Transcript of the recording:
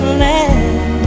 land